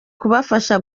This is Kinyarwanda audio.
kubafasha